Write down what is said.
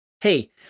Hey